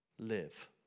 live